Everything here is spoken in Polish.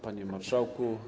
Panie Marszałku!